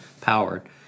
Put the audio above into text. powered